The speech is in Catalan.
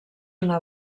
una